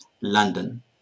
London